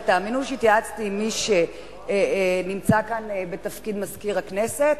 ותאמינו לי שהתייעצתי עם מי שנמצא כאן בתפקיד מזכיר הכנסת,